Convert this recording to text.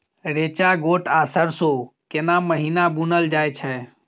रेचा, गोट आ सरसो केना महिना बुनल जाय छै?